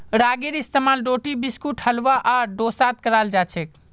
रागीर इस्तेमाल रोटी बिस्कुट हलवा आर डोसात कराल जाछेक